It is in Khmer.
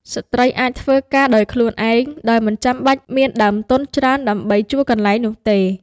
ស្ត្រីអាចធ្វើការដោយខ្លួនឯង ដោយមិនចាំបាច់មានដើមទុនច្រើនដើម្បីជួលកន្លែងនោះទេ។